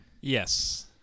Yes